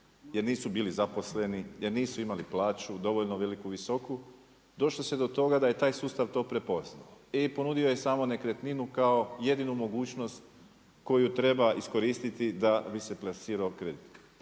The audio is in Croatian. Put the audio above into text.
jer nisu bili zaposleni, jer nisu imali plaću dovoljno veliku visoku, došlo je do toga da je taj sustav to prepoznao. I ponudio je samo nekretninu kao jedinu mogućnost koju treba iskoristiti da bi se plasirao kredit.